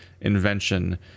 invention